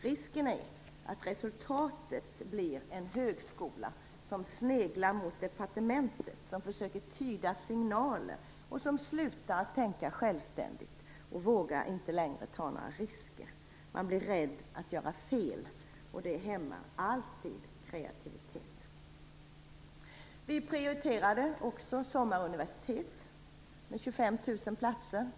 Risken är att resultatet blir en högskola som sneglar mot departementet, som försöker tyda signaler och som slutar att tänka självständigt och inte längre vågar ta några risker. Man blir rädd att göra fel. Det hämmar alltid kreativitet. Vi prioriterade också sommaruniversitet med 25 000 platser.